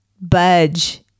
budge